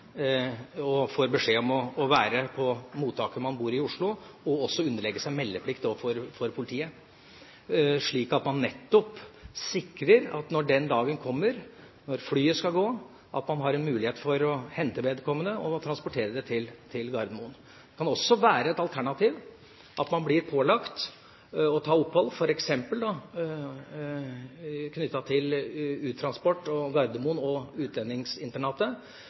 og får beskjed om å være på det mottaket man bor på i Oslo, og også underlegge seg meldeplikt overfor politiet, slik at man nettopp sikrer at når den dagen kommer at flyet skal gå, så har man en mulighet for å hente vedkommende for transport til Gardermoen. Det kan også være et alternativ at man blir pålagt å ta opphold, f.eks. knyttet til uttransportering, på Gardermoen og utlendingsinternatet,